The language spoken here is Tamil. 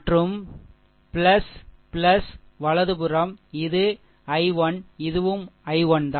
மற்றும் வலது புறம் இது I1 இதுவும் I1 தான்